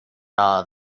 all